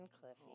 Cliffy